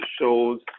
shows